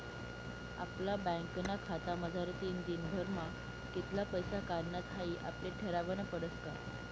आपला बँकना खातामझारतीन दिनभरमा कित्ला पैसा काढानात हाई आपले ठरावनं पडस का